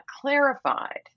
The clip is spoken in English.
clarified